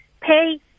pay